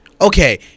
okay